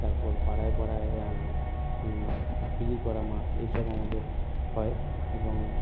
তারপর পাড়ায় পাড়ায় বিলি করা মাস্ক এইসব আমাদের হয় এবং